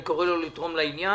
אני קורא לו לתרום לעניין.